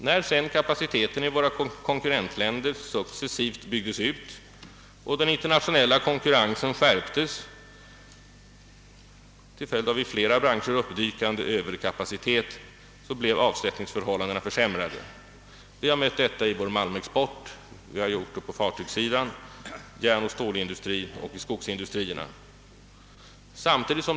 När sedan kapaciteten i våra konkurrentländer successivt ökade och den internationella konkurrensen skärptes till följd av i flera branscher uppstående överkapacitet blev avsättningsförhållandena försämrade. Vi har mött försämrade avsättningsförhållanden när det gäller vår export av malm och fartyg, liksom för järnoch stålindustrins och skogsindustrins produkter.